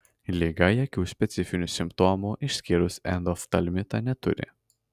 liga jokių specifinių simptomų išskyrus endoftalmitą neturi